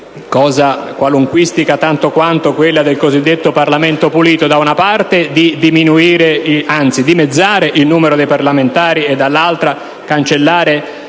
cosa qualunquistica tanto quanto quella del cosiddetto Parlamento pulito - da una parte di dimezzare il numero dei parlamentari e dall'altra di cancellare